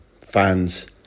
fans